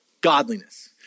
godliness